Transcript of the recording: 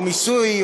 או "מיסוי",